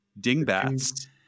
dingbats